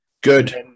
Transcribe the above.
Good